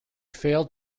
failed